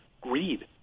greed